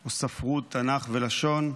או ספרות, תנ"ך ולשון?